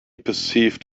perceived